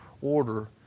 order